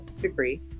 degree